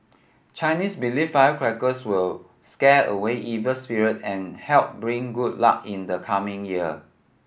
Chinese believe firecrackers will scare away evil spirit and help bring good luck in the coming year